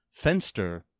Fenster